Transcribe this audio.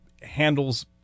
handles